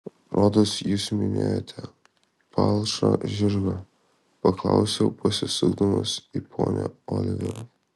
rodos jūs minėjote palšą žirgą paklausiau pasisukdamas į ponią oliver